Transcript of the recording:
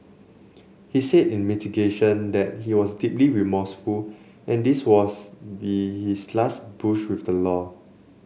he said in mitigation that he was deeply remorseful and this would was be his last brush with the law